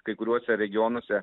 kai kuriuose regionuose